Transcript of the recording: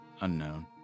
unknown